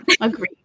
agree